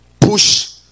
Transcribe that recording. push